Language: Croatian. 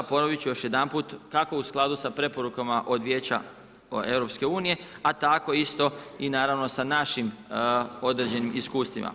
Ponoviti ću još jedanput, kako u skladu sa preporukama od Vijeća EU a tako isto i naravno sa našim određenim iskustvima.